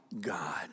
God